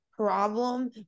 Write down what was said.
problem